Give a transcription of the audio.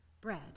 Bread